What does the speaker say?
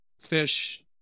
Fish